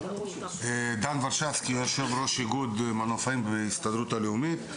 אני יושב-ראש איגוד מנופאים בהסתדרות הלאומית.